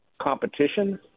competition